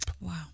Wow